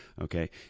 Okay